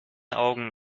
augen